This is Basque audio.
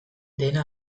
dena